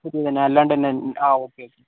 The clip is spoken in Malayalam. പുതിയതുതന്നെ അല്ലാണ്ട് തന്നെ ആ ഒക്കെ ഒക്കെ